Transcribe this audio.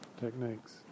techniques